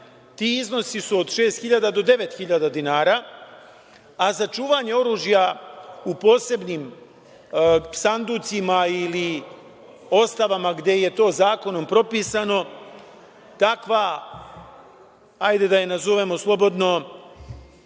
Ti iznosi su od 6.000 do 9.000 dinara, a za čuvanje oružja u posebnim sanducima ili ostavama gde je to zakonom propisano, takva, hajde da je nazovemo slobodno